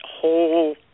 whole